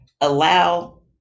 allow